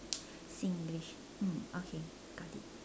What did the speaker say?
Singlish mm okay got it